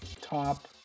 top